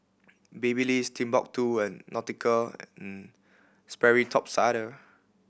Babyliss Timbuk Two and Nautica and Sperry Top Sider